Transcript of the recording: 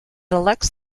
elects